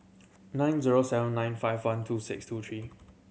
nine zero seven nine five one two six two three